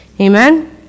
Amen